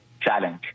challenge